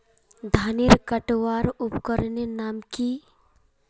धानेर कटवार उपकरनेर नाम की?